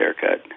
Haircut